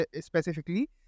specifically